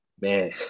Man